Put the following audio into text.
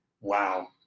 wow